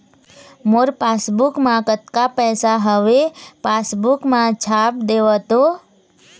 मोर passbook मा कतका पैसा हवे पासबुक मा छाप देव तो?